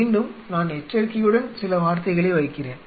மீண்டும் நான் எச்சரிக்கையுடன் சில வார்த்தைகளை வைக்கிறேன்